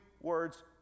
words